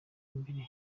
imbere